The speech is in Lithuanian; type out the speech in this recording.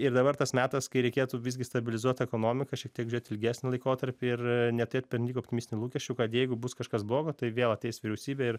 ir dabar tas metas kai reikėtų visgi stabilizuot ekonomiką šiek tiek žiūrėt ilgesnį laikotarpį ir neturėt pernelyg optimistinių lūkesčių kad jeigu bus kažkas blogo tai vėl ateis vyriausybė ir